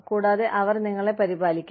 കൂടാതെ അവർ നിങ്ങളെ പരിപാലിക്കും